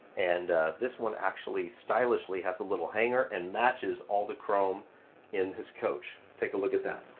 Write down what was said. and this one actually stylishly has a little hanger and matches all the chrome in this coach. take a look at that.